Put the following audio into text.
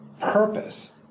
purpose